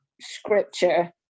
scripture